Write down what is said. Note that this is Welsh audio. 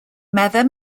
meddai